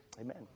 Amen